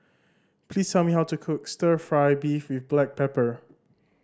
please tell me how to cook Stir Fry beef with black pepper